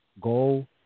Go